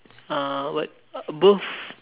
uh what both